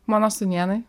mano sūnėnai